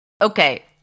okay